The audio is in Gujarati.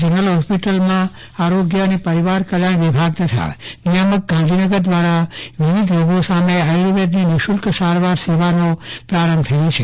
જનરલ હોસ્પિઉટલમાં આરોગ્ય અને પરિવાર કલ્યોણ વિભાગ તથા નિયામકશ્રીગાંધીનગર દ્વારા વિવિધ રોગો સામે આયુર્વેદની નિઃશુલ્ક સારવાર સેવાનો પ્રારંભ થયો છે